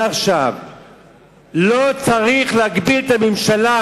מעכשיו לא צריך להגביל את הממשלה,